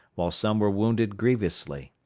while some were wounded grievously.